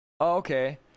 Okay